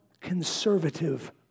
conservative